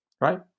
right